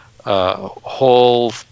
Whole